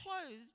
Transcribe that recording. closed